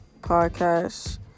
podcast